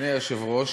אדוני היושב-ראש,